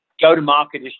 Go-to-market